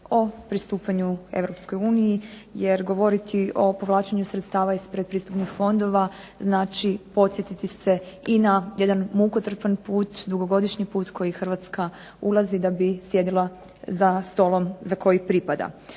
o pristupanju Europskoj uniji, jer govoriti o povlačenju sredstava iz predpristupnih fondova, znači podsjetiti se i na jedan mukotrpan put, dugogodišnji put koji Hrvatska ulazi da bi sjedila za stolom za koji pripada.